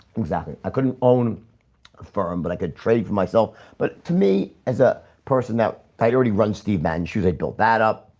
exactly. i couldn't own a firm but i could trade for myself but to me as a person that had already runs steve madden shoes, i built that up,